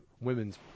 women's